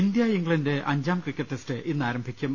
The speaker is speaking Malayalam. ഇന്ത്യ ഇംഗ്ലണ്ട് അഞ്ചാം ക്രിക്കറ്റ് ടെസ്റ്റ് ഇന്ന് ആരംഭിക്കും